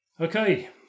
Okay